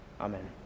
Amen